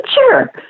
sure